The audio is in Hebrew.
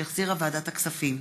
שהחזירה ועדת הכספים.